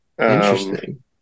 Interesting